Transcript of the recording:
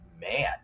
man